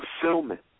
fulfillment